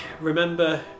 remember